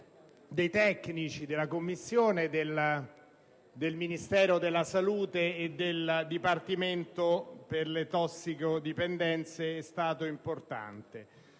dei tecnici della Commissione, del Ministero della salute e del Dipartimento per le tossicodipendenze. Come